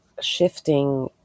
shifting